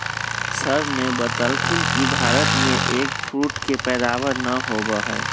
sir ने बतल खिन कि भारत में एग फ्रूट के पैदावार ना होबा हई